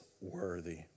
worthy